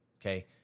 okay